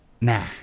Nah